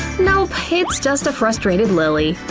nope, it's just a frustrated lilly!